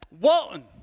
Walton